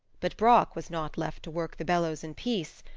but brock was not left to work the bellows in peace.